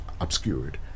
obscured